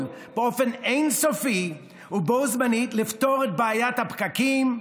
באופן אין-סופי ובו זמנית לפתור את בעיית הפקקים,